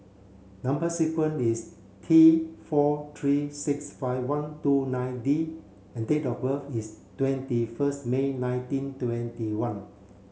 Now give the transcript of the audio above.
number sequence is T four three six five one two nine D and date of birth is twenty first May nineteen twenty one